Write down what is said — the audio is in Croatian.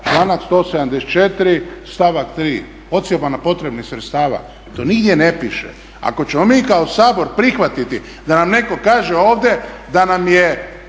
članak 174.stavak 3.ocjena potrebnih sredstava, to nigdje ne piše. Ako ćemo mi kao Sabor prihvatiti da nam netko kaže ovdje da nam je